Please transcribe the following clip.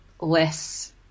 less